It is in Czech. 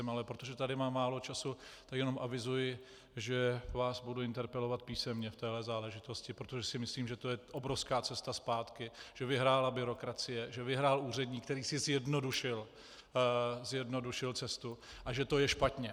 Ale protože tady mám málo času, tak jenom avizuji, že vás budu interpelovat písemně v této záležitosti, protože si myslím, že to je obrovská cesta zpátky, že vyhrála byrokracie, že vyhrál úředník, který si zjednodušil cestu, a že to je špatně.